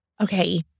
Okay